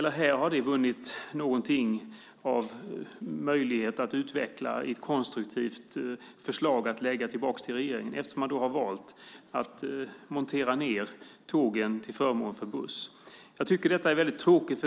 Men det har inte heller varit möjligt att utveckla ett konstruktivt förslag att lägga tillbaka till regeringen eftersom man har valt att montera ned tågen till förmån för bussar. Jag tycker att det är väldigt tråkigt.